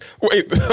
Wait